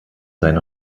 sein